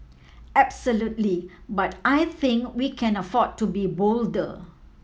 absolutely but I think we can afford to be bolder